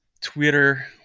Twitter